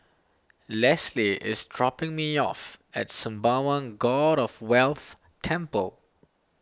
Lesly is dropping me off at Sembawang God of Wealth Temple